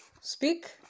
speak